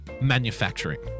manufacturing